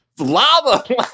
lava